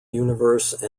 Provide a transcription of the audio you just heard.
universe